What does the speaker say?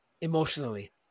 emotionally